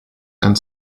and